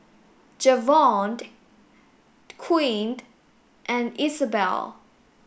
Javonte Quinn and Isabell